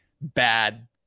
bad